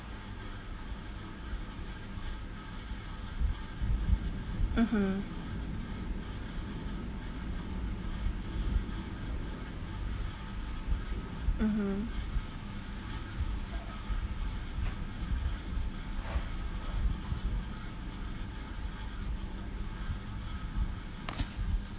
mmhmm mmhmm